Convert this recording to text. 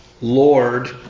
Lord